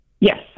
Yes